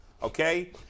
Okay